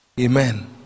Amen